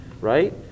right